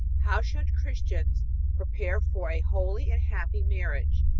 how should christians prepare for a holy and happy marriage?